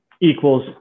equals